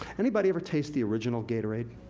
anybody ever taste the original gatorade?